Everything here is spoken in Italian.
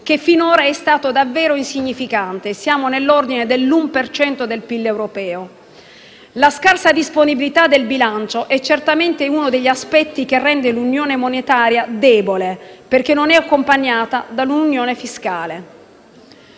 che finora sono stati davvero insignificanti (siamo nell'ordine dell'1 per cento del PIL europeo). La scarsa disponibilità del bilancio è certamente uno degli aspetti che rende l'unione monetaria debole, perché non è accompagnata da un'unione fiscale.